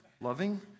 loving